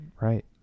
Right